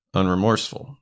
unremorseful